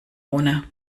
ohne